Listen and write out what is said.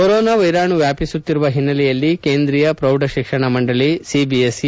corona ವೈರಾಣು ವ್ಯಾಪಿಸುತ್ತಿರುವ ಹಿನ್ನೆಲೆಯಲ್ಲಿ ಕೇಂದ್ರೀಯ ಪ್ರೌಢುಕ್ಷಣ ಮಂಡಳಿ ಸಿಬಿಎಸ್ಇ